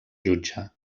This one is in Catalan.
jutge